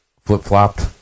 flip-flopped